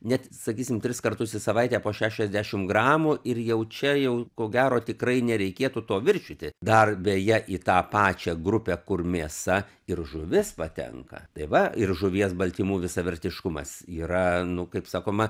net sakysim tris kartus į savaitę po šešiasdešim gramų ir jau čia jau ko gero tikrai nereikėtų to viršyti dar beje į tą pačią grupę kur mėsa ir žuvis patenka tai va ir žuvies baltymų visavertiškumas yra nu kaip sakoma